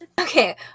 Okay